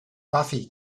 buffy